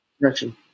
direction